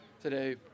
Today